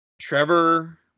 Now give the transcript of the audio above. Trevor